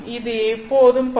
இது எப்போதும் வரவும்